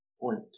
point